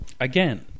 Again